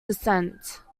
descent